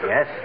Yes